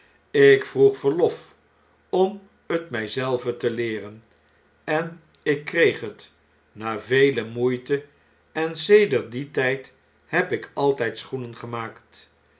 ik vroeg verlof om het mjj zelven te leeren en ik kreeg het na vele moeite en sedert dien tn d heb ik altijd schoenen gemaakt